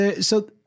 So-